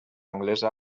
anglesa